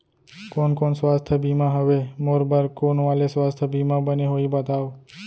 कोन कोन स्वास्थ्य बीमा हवे, मोर बर कोन वाले स्वास्थ बीमा बने होही बताव?